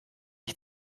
ich